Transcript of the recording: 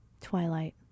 twilight